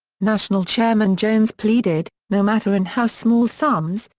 national chairman jones pleaded, no matter in how small sums,